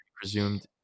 presumed